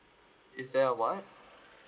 is there a what